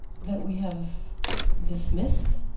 that we have dismissed,